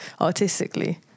artistically